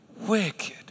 Wicked